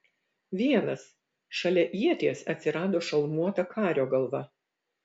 vienas šalia ieties atsirado šalmuota kario galva